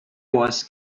was